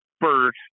first